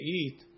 eat